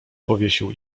powiesił